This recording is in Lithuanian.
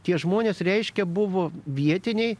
tie žmonės reiškia buvo vietiniai